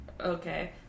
Okay